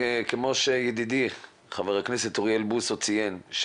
כפי שידידי ח"כ אוריאל בוסו ציין,